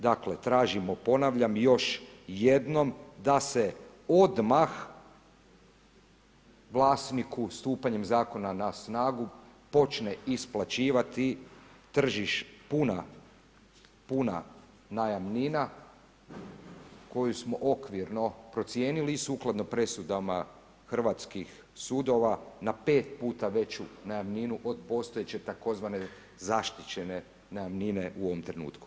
Dakle, tražimo, ponavljam još jednom da se odmah vlasniku, stupanjem zakona na snagu, počne isplaćivati puna najamnina, koju smo okvirno ocijenili i sukladno presudama hrvatskih sudova na 5 puta veću najamninu od postojeće tzv. zaštićene najamnine u ovom trenutku.